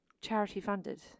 charity-funded